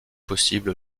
possible